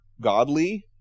godly